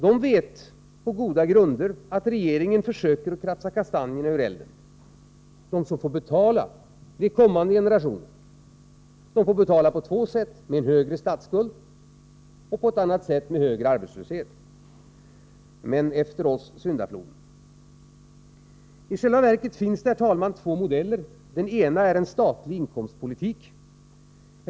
De vet på goda grunder att regeringen försöker kratsa kastanjerna ur elden. De som får betala är kommande generationer. De får betala på två sätt: med högre statsskuld och med högre arbetslöshet. Efter oss syndafloden! Herr talman! I själva verket finns det två modeller. Den ena är att föra en statlig inkomstpolitik.